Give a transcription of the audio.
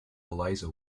eliza